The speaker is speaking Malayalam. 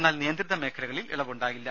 എന്നാൽ നിയന്ത്രിത മേഖലകളിൽ ഇളവുണ്ടാകില്ല